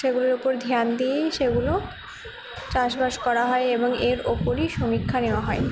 সেগুলোর ওপর ধিয়ান দিয়েই সেগুলো চাষবাস করা হয় এবং এর ওপরই সমীক্ষা নেওয়া হয়